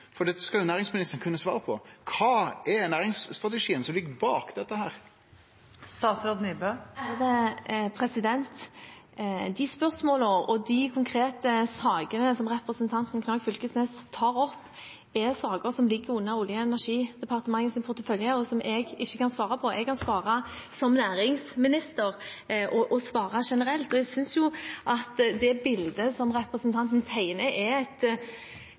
er næringsstrategien som ligg bak dette? De spørsmålene og de konkrete sakene som representanten Knag Fylkesnes tar opp, er saker som ligger under Olje- og energidepartementets portefølje, og som jeg ikke kan svare på. Jeg kan svare som næringsminister og svare generelt, og jeg synes jo at det bildet som representanten tegner, er et